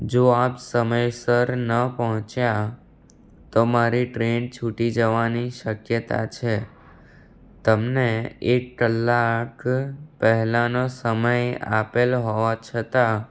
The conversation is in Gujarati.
જો આપ સમયસર ન પહોંચ્યા તો મારી ટ્રેન છૂટી જવાની શક્યતા છે તમને એક કલાક પહેલાનો સમય આપેલો હોવા છતા